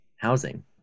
housing